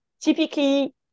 Typically